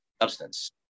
substance